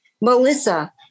Melissa